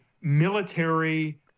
military